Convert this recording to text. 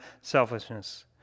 selfishness